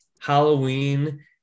Halloween